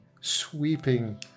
sweeping